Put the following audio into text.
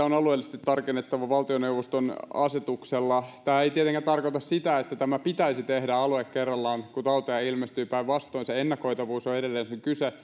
on alueellisesti tarkennettava valtioneuvoston asetuksella tämä ei tietenkään tarkoita sitä että tämä pitäisi tehdä alue kerrallaan kun tautia ilmestyy päinvastoin ennakoitavuudesta on edelleen kyse